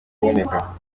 kuboneka